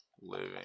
living